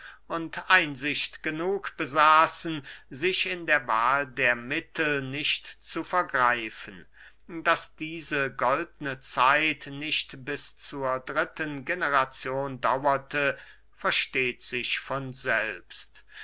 und einsicht genug besaßen sich in der wahl der mittel nicht zu vergreifen daß diese goldne zeit nicht bis zur dritten generazion dauerte versteht sich von selbst